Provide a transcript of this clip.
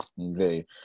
Okay